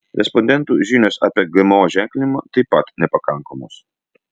respondentų žinios apie gmo ženklinimą taip pat nepakankamos